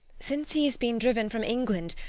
since he has been driven from england,